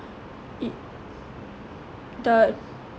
it the